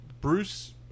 Bruce